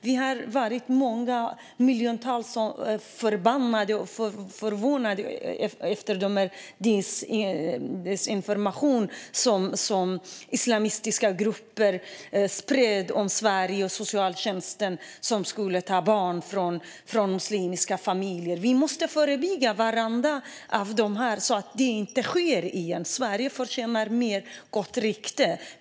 Miljontals av oss har varit förbannade och förvånade över den desinformation som islamistiska grupper har spridit om Sverige och socialtjänsten, som skulle ta barn från muslimska familjer. Vi måste förebygga detta så att det inte sker igen. Sverige förtjänar ett bättre rykte.